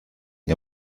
ihr